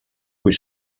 vull